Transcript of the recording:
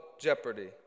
jeopardy